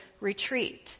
retreat